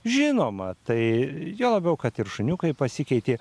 žinoma tai juo labiau kad ir šuniukai pasikeitė